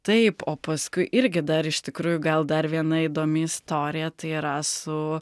taip o paskui irgi dar iš tikrųjų gal dar viena įdomi istorija tai yra su